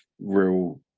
real